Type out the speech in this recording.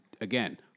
again